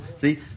See